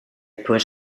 put